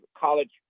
college